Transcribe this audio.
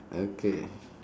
okay